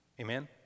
Amen